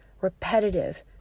repetitive